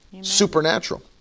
Supernatural